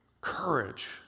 courage